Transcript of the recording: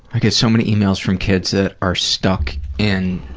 i get so many emails from kids that are stuck and